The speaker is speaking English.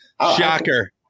Shocker